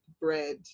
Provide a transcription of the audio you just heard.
bread